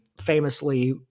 famously